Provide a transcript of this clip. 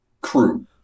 crew